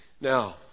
Now